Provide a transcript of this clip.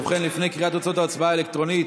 ובכן, לפני קריאת תוצאות ההצבעה האלקטרונית,